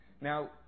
Now